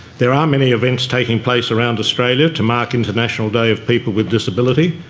there are many events taking place around australia to mark international day of people with disability.